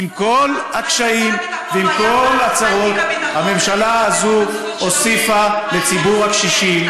אולי אם שר הביטחון היה מטפל במצוקות של העולים העניין כן